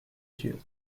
dieu